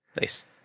Nice